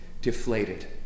deflated